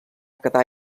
quedar